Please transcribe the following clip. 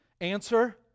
Answer